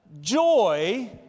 joy